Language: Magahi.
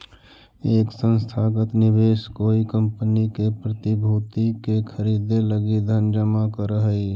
एक संस्थागत निवेशक कोई कंपनी के प्रतिभूति के खरीदे लगी धन जमा करऽ हई